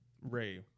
Ray